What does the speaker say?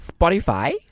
Spotify